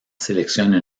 sélectionne